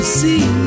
see